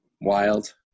wild